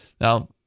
Now